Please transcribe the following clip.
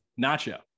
nacho